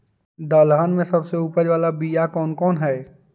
दलहन में सबसे उपज बाला बियाह कौन कौन हइ?